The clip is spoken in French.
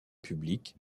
publique